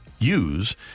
Use